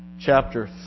chapter